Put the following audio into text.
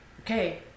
okay